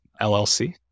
LLC